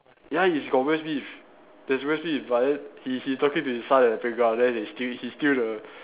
ya it's got Will Smith there's Will Smith but then he he talking to his son at the playground then he steal he steal the